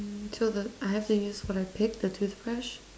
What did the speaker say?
to the I have to use what I picked the toothbrush